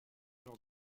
leurs